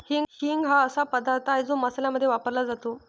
हिंग हा असा पदार्थ आहे जो मसाल्यांमध्ये वापरला जातो